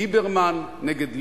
ליברמן נגד ליברמן.